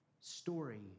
Story